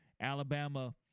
Alabama